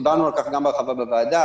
דיברנו גם על כך בהרחבה בוועדה.